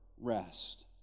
rest